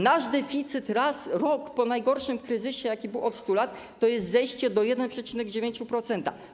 Nasz deficyt raz, rok po najgorszym kryzysie, jaki wystąpił od 100 lat, to jest zejście do 1,9%.